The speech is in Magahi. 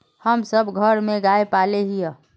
हम सब घर में गाय पाले हिये?